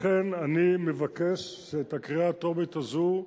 לכן אני מבקש שאת הקריאה הטרומית הזאת,